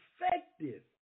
effective